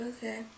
Okay